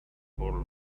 bottle